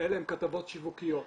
אלה הן כתבות שיווקיות.